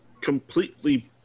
completely